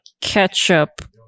ketchup